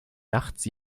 nachts